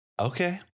Okay